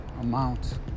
amount